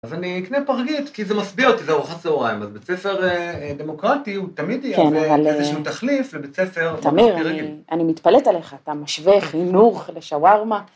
אז אני אקנה פרגית, כי זה משביע אותי, זה ארוחת צהריים, אז בית ספר דמוקרטי הוא תמיד יהיה, כן, אבל... ואיזשהו תחליף מבית ספר... תמיר, אני מתפלאת עליך, אתה משווה חינוך לשווארמה.